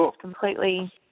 completely